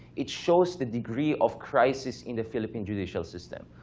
it shows the degree of crisis in the philippine judicial system,